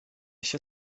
się